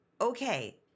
okay